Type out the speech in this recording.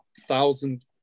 thousand